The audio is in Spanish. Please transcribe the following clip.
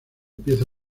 pieza